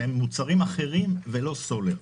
שהם מוצרים אחרים ולא סולר.